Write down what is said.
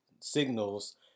signals